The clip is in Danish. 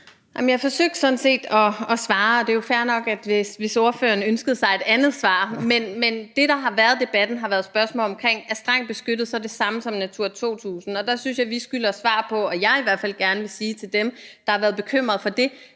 jeg forsøgte sådan set at svare, og det er jo fair nok, hvis ordføreren ønskede sig et andet svar. Men det, debatten er gået på, har været spørgsmålet om, om strengt beskyttet så er det samme som Natura 2000. Og det synes jeg vi skylder svar på. Og jeg vil i hvert fald gerne sige til dem, der har været bekymrede for det,